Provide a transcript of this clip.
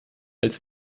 als